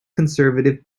conservative